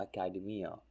academia